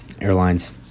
airlines